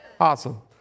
Awesome